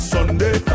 Sunday